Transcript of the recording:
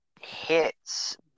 hits